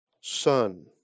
son